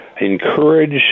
encourage